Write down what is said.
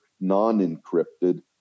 non-encrypted